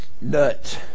nuts